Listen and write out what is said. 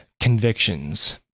convictions